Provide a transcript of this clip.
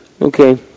Okay